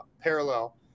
parallel